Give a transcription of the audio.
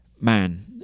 man